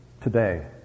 today